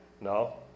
No